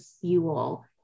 fuel